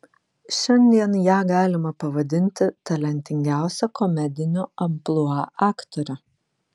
šiandien ją galima pavadinti talentingiausia komedinio amplua aktore